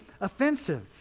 offensive